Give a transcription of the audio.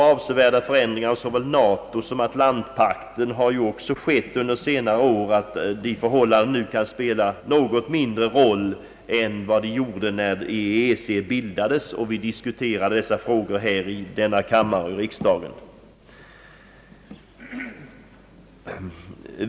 Inom NATO och atlantpaktssamarbetet har ju också inträtt så avsevärda förändringar, att de förhållandena nu kan spela något mindre roll än vad de gjorde när EEC bildades och vi diskuterade dessa frågor här i kammaren.